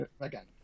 Again